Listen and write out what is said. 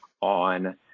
on